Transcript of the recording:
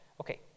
Okay